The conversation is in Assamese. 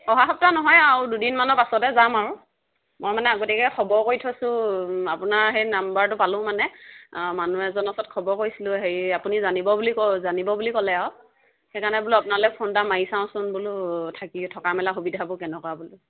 অহা সপ্তাহ নহয় আৰু দুদিনমানৰ পাছতে যাম আৰু মই মানে আগতীয়াকৈ খবৰ কৰি থৈছোঁ আপোনাৰ সেই নাম্বাৰটো পালোঁ মানে মানুহ এজনৰ ওচৰত খবৰ কৰিছিলোঁ হেৰি আপুনি জানিব বুলি ক জানিব বুলি ক'লে আৰু সেইকাৰণে বোলো আপোনালৈ ফোন এটা মাৰি চাওঁচোন বোলো থাকি থকা মেলা সুবিধাবোৰ কেনেকুৱা বোলো